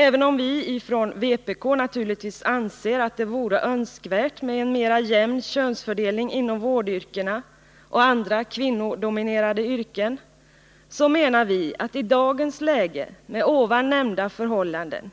Även om vi från vpk naturligtvis anser att det vore önskvärt med en mera jämn könsfördelning inom vårdyrkena och andra kvinnodominerade yrken, så menar vi att i dagens läge, med nämnda förhållanden,